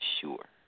sure